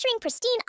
pristine